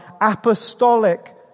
apostolic